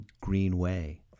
Greenway